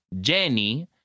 Jenny